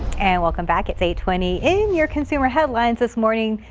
and welcome back it's a twenty in your consumer headlines. this morning.